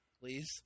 please